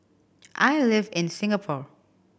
I live in Singapore